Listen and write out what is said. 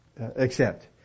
accept